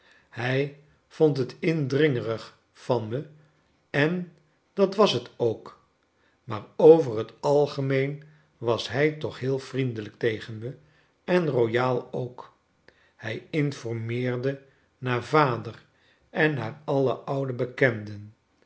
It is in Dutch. hij vond t indringerig van me en dat was t ook maar over het algemeen was hij toch heel vriendelijk tegen me en royaal ook hij informeerde naar vader en naar alle oude bekenden